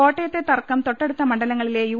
കോട്ടയത്തെ തർക്കം തൊട്ട ടുത്ത മണ്ഡലങ്ങളിലെ യു